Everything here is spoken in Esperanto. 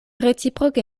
reciproke